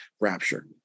rapture